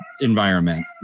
environment